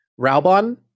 Raubon